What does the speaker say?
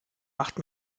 macht